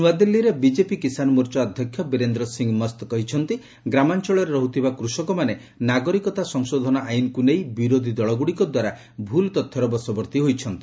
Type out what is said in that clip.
ଆଜି ନୂଆଦିଲ୍ଲୀରେ ବିଜେପି କିଶାନ ମୋର୍ଚ୍ଚା ଅଧ୍ୟକ୍ଷ ବୀରେନ୍ଦ୍ର ସିଂହ ମସ୍ତ କହିଛନ୍ତି ଗ୍ରାମାଞ୍ଚଳରେ ରହୁଥିବା କୃଷକମାନେ ନାଗରିକତା ସଂଶୋଧନ ଆଇନ୍କୁ ନେଇ ବିରୋଧୀ ଦଳଗୁଡ଼ିକ ଦ୍ୱାରା ଭୁଲତଥ୍ୟର ବଶବର୍ତ୍ତି ହୋଇଛନ୍ତି